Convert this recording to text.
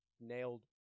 nailed